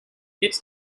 its